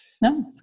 No